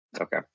Okay